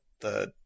the-